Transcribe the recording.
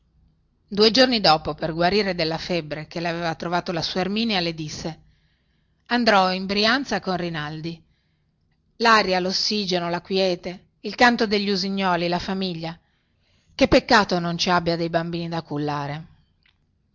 due giorni dopo per guarire della febbre che le aveva trovato la sua erminia le disse andrò in brianza con rinaldi laria lossigeno la quiete il canto degli usignoli la famiglia che peccato non ci abbia dei bambini da cullare